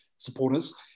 supporters